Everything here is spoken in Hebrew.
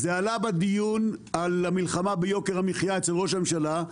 זה עלה בדיון על המלחמה ביוקר המחיה אצל ראש הממשלה.